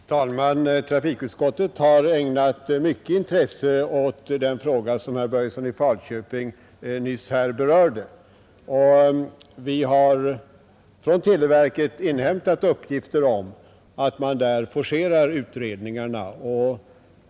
Fru talman! Trafikutskottet har ägnat mycket intresse åt den fråga som herr Börjesson i Falköping nyss här berörde, och vi har från televerket inhämtat uppgifter om att man där forcerar utredningarna.